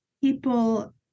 people